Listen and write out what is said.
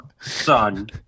son